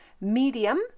Medium